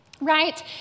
right